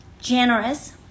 generous